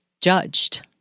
judged